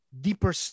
deeper